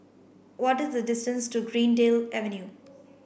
what the distance to Greendale Avenue